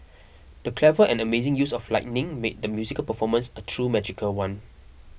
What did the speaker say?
the clever and amazing use of lighting made the musical performance a truly magical one